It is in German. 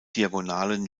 diagonalen